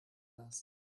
last